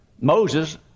Moses